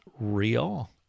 real